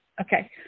Okay